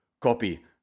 Copy